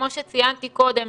כמו שציינתי קודם,